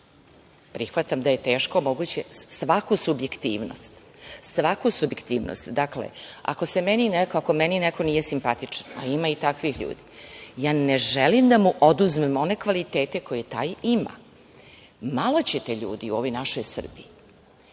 prihvatam da je teško, svaku subjektivnost. Dakle, ako meni neko nije simpatičan, a ima i takvih ljudi, ja ne želim da mu oduzmem one kvalitete koje taj ima. Malo ćete ljudi u ovoj našoj Srbiji